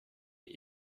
die